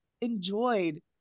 enjoyed